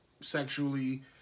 Sexually